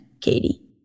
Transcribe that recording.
Katie